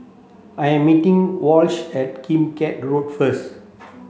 I am meeting Wash at Kim Keat Road first